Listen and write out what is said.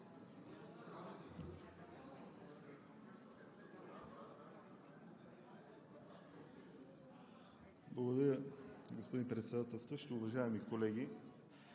Благодаря, господин Председателстващ. Уважаеми колеги,